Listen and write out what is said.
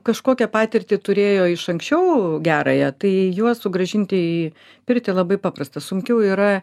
kažkokią patirtį turėjo iš anksčiau gerąją tai juos sugrąžinti į pirtį labai paprasta sunkiau yra